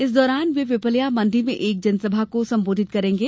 इस दौरान वे पिपलिया मंडी में एक जनसभा को संबोधित करेंगे